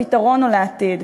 לפתרון או לעתיד.